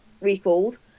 recalled